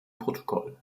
protokoll